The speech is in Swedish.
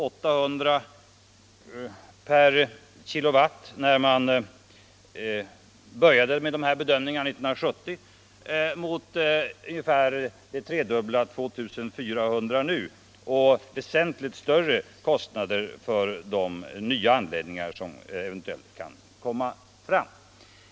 År 1970 rörde sig kostnaden om 800 per kilowatt mot ungefär det tredubbla i dag och väsentligt större kostnader för de nya anläggningar som eventuellt kommer att byggas.